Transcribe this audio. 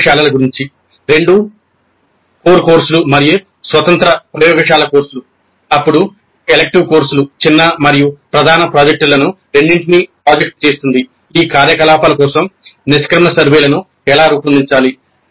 అప్పుడు ప్రయోగశాలలు రెండూ కోర్ కోర్సులు మరియు స్వతంత్ర ప్రయోగశాల కోర్సులు అప్పుడు ఎలిక్టివ్ కోర్సులు చిన్న మరియు ప్రధాన ప్రాజెక్టులను రెండింటినీ ప్రాజెక్ట్ చేస్తుంది ఈ కార్యకలాపాల కోసం నిష్క్రమణ సర్వేలను ఎలా రూపొందించాలి